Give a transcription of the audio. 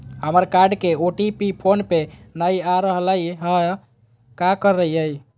हमर कार्ड के OTP phone पे नई आ रहलई हई, का करयई?